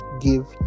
give